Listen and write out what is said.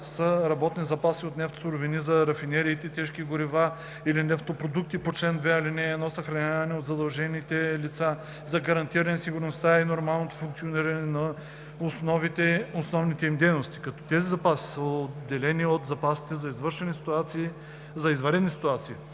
са работни запаси от нефт, суровини за рафинериите, тежки горива и нефтопродукти по чл. 2, ал. 1, съхранявани от задължените лица за гарантиране сигурността и нормалното функциониране на основните им дейности, като тези запаси са отделни от запасите за извънредни ситуации и от търговските